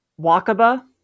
Wakaba